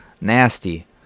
nasty